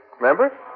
Remember